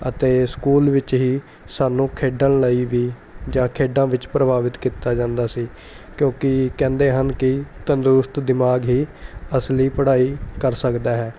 ਅਤੇ ਸਕੂਲ ਵਿੱਚ ਹੀ ਸਾਨੂੰ ਖੇਡਣ ਲਈ ਵੀ ਜਾਂ ਖੇਡਾਂ ਵਿੱਚ ਪ੍ਰਭਾਵਿਤ ਕੀਤਾ ਜਾਂਦਾ ਸੀ ਕਿਉਂਕਿ ਕਹਿੰਦੇ ਹਨ ਕਿ ਤੰਦਰੁਸਤ ਦਿਮਾਗ ਹੀ ਅਸਲੀ ਪੜ੍ਹਾਈ ਕਰ ਸਕਦਾ ਹੈ